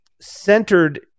centered